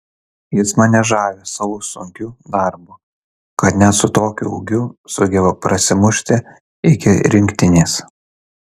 jis mane žavi savo sunkiu darbu kad net su tokiu ūgiu sugeba prasimušti iki rinktinės